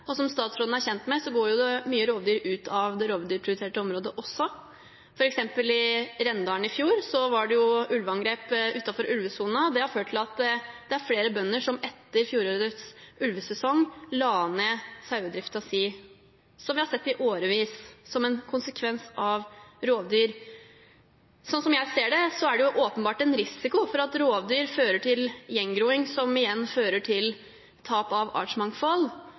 og som statsråden er kjent med, går det også mye rovdyr ut av det rovdyrprioriterte området. For eksempel var det i Rendalen i fjor ulveangrep utenfor ulvesonen. Det har ført til at det er flere bønder som etter fjorårets ulvesesong la ned sauedriften, noe vi har sett i årevis, som en konsekvens av rovdyr. Sånn jeg ser det, er det åpenbart en risiko for at rovdyr fører til gjengroing, som igjen fører til tap av artsmangfold.